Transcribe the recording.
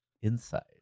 inside